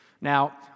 Now